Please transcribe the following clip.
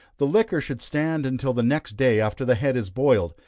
the liquor should stand until the next day after the head is boiled,